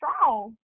strong